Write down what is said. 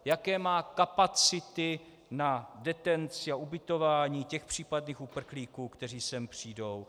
Jaké má kapacity na detenci a ubytování těch případných uprchlíků, kteří sem přijdou.